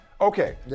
Okay